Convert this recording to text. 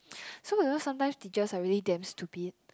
so because sometimes teachers are really damn stupid